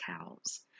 cows